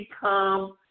become